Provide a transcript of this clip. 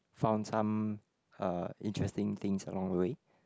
found some uh interesting things along the way